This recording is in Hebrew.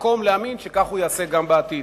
מקום להאמין שכך יעשה גם בעתיד.